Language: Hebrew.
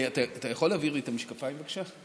אתה יכול להעביר לי את המשקפיים, בבקשה?